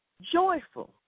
joyful